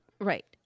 Right